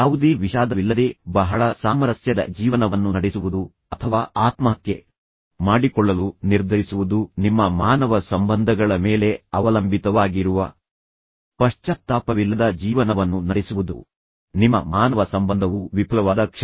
ಯಾವುದೇ ವಿಷಾದವಿಲ್ಲದೆ ಬಹಳ ಸಾಮರಸ್ಯದ ಜೀವನವನ್ನು ನಡೆಸುವುದು ಅಥವಾ ಆತ್ಮಹತ್ಯೆ ಮಾಡಿಕೊಳ್ಳಲು ನಿರ್ಧರಿಸುವುದು ನಿಮ್ಮ ಮಾನವ ಸಂಬಂಧಗಳ ಮೇಲೆ ಅವಲಂಬಿತವಾಗಿರುವ ಈಗ ಹಿಂದಿನದರ ಬಗ್ಗೆ ನನ್ನ ಗಮನವು ಮಾನವ ಸಂಬಂಧಗಳ ಮೇಲೆ ಇರುವ ಈ ಮಾಡ್ಯೂಲ್ ಅನ್ನು ನೋಡೋಣ ಮತ್ತು ಇಲ್ಲಿ ನಾನು ಮೊದಲು ಪ್ರಾರಂಭಿಸಿದ ಕೆಲವು ಅಂಶಗಳನ್ನು ನೀವು ನೆನಪಿಸಿಕೊಳ್ಳಬೇಕೆಂದು ನಾನು ಬಯಸುತ್ತೇನೆ ಆದರೆ ನಾನು ಮಾನವ ಸಂಬಂಧಗಳ ಕೆಲವು ಇತರ ಅಂಶಗಳನ್ನು ಹೈಲೈಟ್ ಮಾಡಲು ಬಯಸುತ್ತೇನೆ